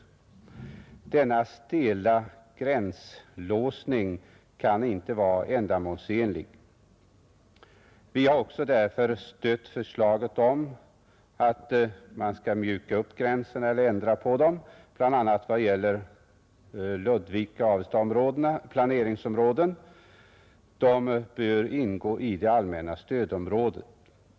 Denna stela gränslåsning kan inte vara ändamålsenlig. Vi har också därför stött förslaget om att man skall mjuka upp gränserna eller ändra på dem, bl.a. i vad gäller Ludvika och Avesta planeringsregioner. De bör ingå i det allmänna stödområdet.